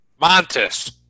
Montes